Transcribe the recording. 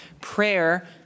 Prayer